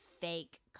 fake